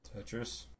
Tetris